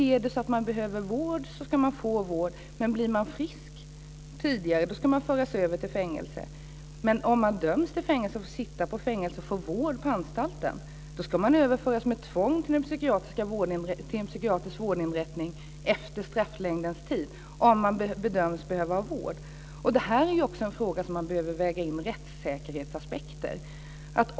Är det så att man behöver vård ska man få vård, men blir man frisk tidigare ska man föras över till fängelse. Men om man döms till fängelse, får sitta i fängelse och får vård på anstalten ska man överföras med tvång till en psykiatrisk vårdinrättning efter strafftiden om man bedöms behöva vård. Det här är ju också en fråga där man behöver väga in rättssäkerhetsaspekter.